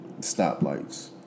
Stoplights